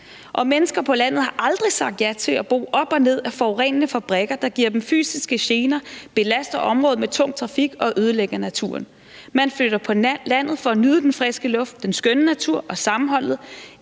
og mennesker på landet har aldrig sagt ja til at bo op og ned ad forurenende fabrikker, der giver dem fysiske gener, belaster området med tung trafik og ødelægger naturen. Man flytter på landet for at nyde den friske luft, den skønne natur og sammenholdet,